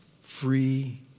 free